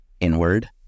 inward